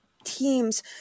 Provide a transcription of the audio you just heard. teams